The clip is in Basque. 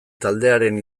taldearen